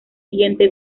siguiente